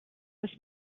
was